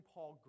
Paul